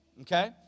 Okay